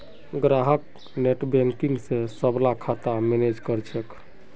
ग्राहक नेटबैंकिंग स सबला खाता मैनेज कर छेक